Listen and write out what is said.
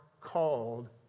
called